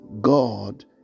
God